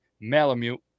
Malamute